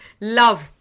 love